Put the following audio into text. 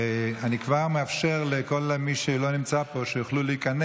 אני כבר מאפשר לכל מי שלא נמצא פה להיכנס,